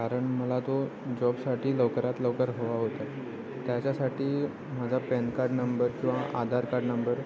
कारण मला तो जॉबसाठी लवकरात लवकर हवा होता त्याच्यासाठी माझा पॅन कार्ड नंबर किंवा आधार कार्ड नंबर